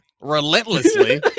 relentlessly